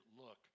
look